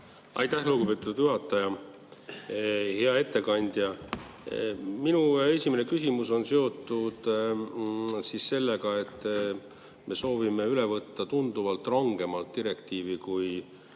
Aitäh, lugupeetud juhataja! Hea ettekandja! Minu esimene küsimus on seotud sellega, et me soovime üle võtta tunduvalt rangemat direktiivi, kui